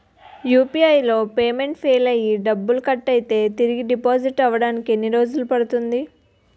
UPI లో payment fail అయ్యి డబ్బులు కట్ అయితే తిరిగి డిపాజిట్ అవ్వడానికి ఎన్ని రోజులు పడుతుంది?